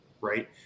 right